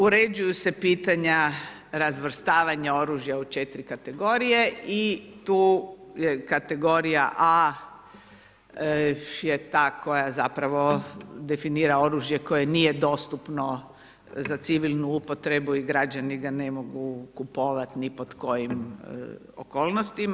Uređuju se pitanja razvrstavanja oružja u 4 kategorije i tu je kategorija A ta koja zapravo definira oružje koje nije dostupno za civilnu upotrebu i građani ga ne mogu kupovati ni pod kojim okolnostima.